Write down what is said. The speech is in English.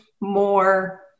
more